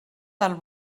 del